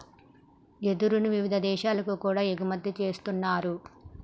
వెదురును వివిధ దేశాలకు కూడా ఎగుమతి చేస్తున్నారు